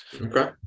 Okay